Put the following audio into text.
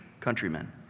countrymen